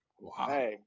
wow